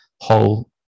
whole